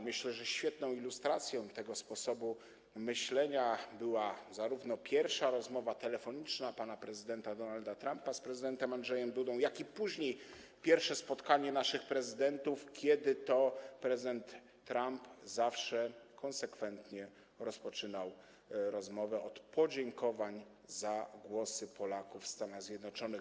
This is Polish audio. Myślę, że świetną ilustracją tego sposobu myślenia była zarówno pierwsza rozmowa telefoniczna pana prezydenta Donalda Trumpa z prezydentem Andrzejem Dudą, jak i późniejsze pierwsze spotkanie naszych prezydentów, kiedy to prezydent Trump zawsze konsekwentnie rozpoczynał rozmowę od podziękowań za głosy Polaków w Stanach Zjednoczonych.